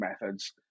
methods